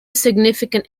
significant